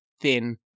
thin